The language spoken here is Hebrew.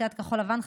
סיעת כחול לבן,